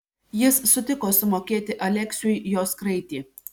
jis sutiko sumokėti aleksiui jos kraitį